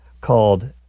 called